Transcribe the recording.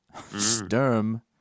Sturm